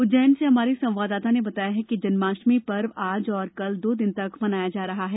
उज्जैन से हमारे संवाददाता ने बताया कि जन्माष्टमी पर्व आज और कल दो दिन तक मनाया जा रहा है